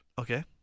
Okay